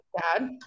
dad